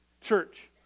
Church